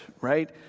right